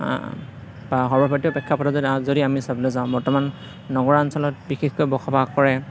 বা সৰ্বভাৰতীয় প্ৰেক্ষাপটত যদি আমি চাবলৈ যাওঁ বৰ্তমান নগৰ অঞ্চলত বিশেষকৈ বসবাস কৰে